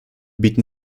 bieten